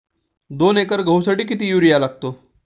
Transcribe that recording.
दोन एकर गहूसाठी किती युरिया लागतो?